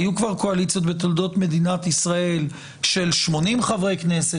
היו כבר קואליציות בתולדות מדינת ישראל של 80 חברי כנסת,